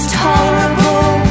tolerable